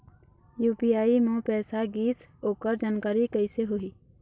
UPI म पैसा गिस ओकर जानकारी कइसे होही?